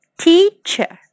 teacher